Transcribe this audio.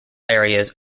areas